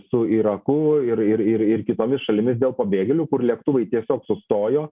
su iraku ir ir ir ir kitomis šalimis dėl pabėgėlių kur lėktuvai tiesiog sustojo